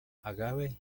agave